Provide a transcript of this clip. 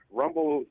rumble